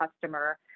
customer